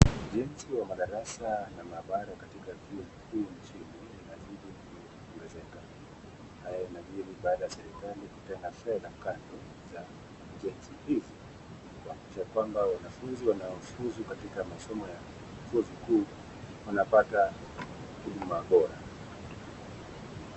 Ujenzi wa madarasa na maabara katika vyuo vikuu nchini unazidi kuongezeka, haya yanajiri baada ya serikali kutenga fedha kando za ujenzi hizi kuhakikisha kwamba wanafunzi wanaofuzu katika masomo ya vyuo vikuu wanapata huduma bora.